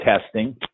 testing